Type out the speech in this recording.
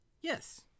yes